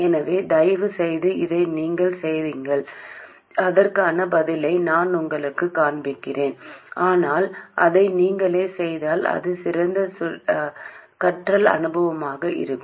எனவே தயவு செய்து இதை நீங்களே செய்யுங்கள் அதற்கான பதிலை நான் உங்களுக்குக் காண்பிப்பேன் ஆனால் அதை நீங்களே செய்தால் அது சிறந்த கற்றல் அனுபவமாக இருக்கும்